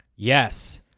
Yes